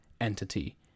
entity